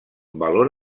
valor